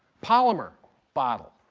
polymer bottle.